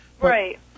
Right